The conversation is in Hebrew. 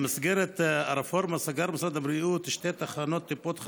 במסגרת הרפורמה סגר משרד הבריאות שתי תחנות טיפות חלב,